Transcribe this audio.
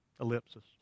ellipsis